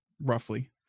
roughly